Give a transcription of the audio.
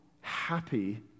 happy